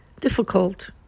difficult